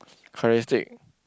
characteristic